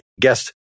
guest